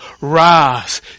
rise